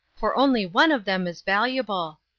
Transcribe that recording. for only one of them is valuable.